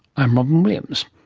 i'm robyn williams